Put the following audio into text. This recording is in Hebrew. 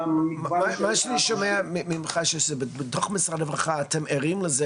אני שומע ממך שבתוך משרד הרווחה אתם ערים לזה